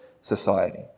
society